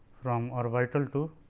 from orbital to